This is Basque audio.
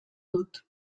dut